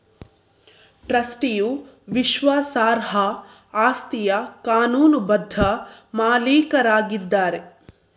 ಟ್ರಸ್ಟಿಯು ವಿಶ್ವಾಸಾರ್ಹ ಆಸ್ತಿಯ ಕಾನೂನುಬದ್ಧ ಮಾಲೀಕರಾಗಿದ್ದಾರೆ